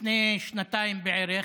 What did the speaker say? לפני שנתיים בערך,